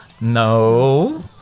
No